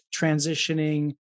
transitioning